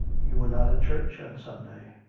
you were not at church on sunday!